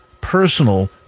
personal